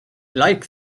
like